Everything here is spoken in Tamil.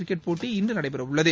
கிரிக்கெட் போட்டி இன்று நடைபெற உள்ளது